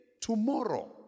Tomorrow